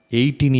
18